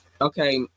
okay